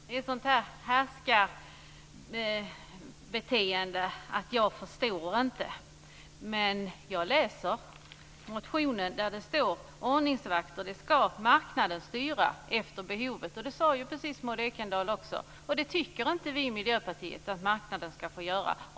Fru talman! Det är ett härskarbeteende att säga att jag inte förstår. Men jag läser motionen där det står att marknaden ska styra antalet ordningsvakter efter behov. Det sade ju också Maud Ekendahl. Men det tycker inte vi i Miljöpartiet att marknaden ska få göra.